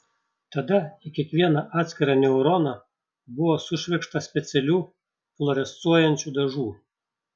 tada į kiekvieną atskirą neuroną buvo sušvirkšta specialių fluorescuojančių dažų